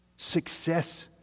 success